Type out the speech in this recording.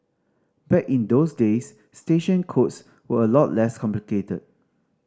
back in those days station codes were a lot less complicated